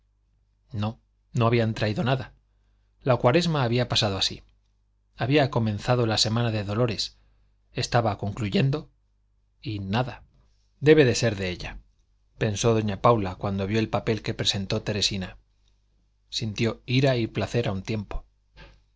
no no habían traído nada la cuaresma había pasado así había comenzado la semana de dolores estaba concluyendo y nada debe de ser de ella pensó doña paula cuando vio el papel que presentó teresina sintió ira y placer a un tiempo